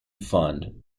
fund